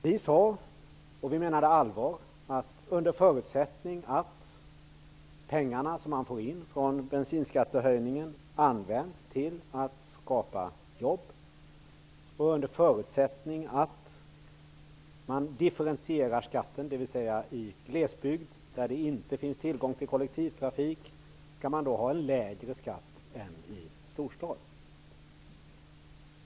Vår förutsättning, som vi menade allvar med, var att pengarna som man fick in genom bensinskattehöjningen skulle används till att skapa jobb och att skatten skulle differentieras, dvs. att skatten i glesbygd där det inte finns tillgång till kollektivtrafik skulle vara lägre än den i storstäderna.